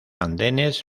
andenes